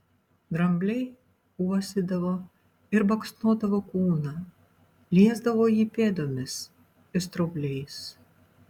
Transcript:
drambliai uostydavo ir baksnodavo kūną liesdavo jį pėdomis ir straubliais